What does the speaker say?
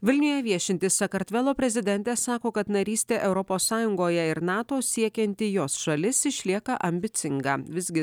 vilniuje viešinti sakartvelo prezidentė sako kad narystė europos sąjungoje ir nato siekianti jos šalis išlieka ambicinga visgi